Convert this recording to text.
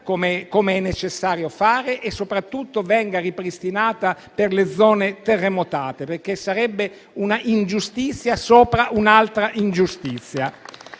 come è necessario fare - e soprattutto venga ripristinata per le zone terremotate, perché altrimenti sarebbe un'ingiustizia sopra un'altra ingiustizia.